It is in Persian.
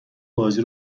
بازی